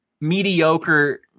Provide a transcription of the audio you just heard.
mediocre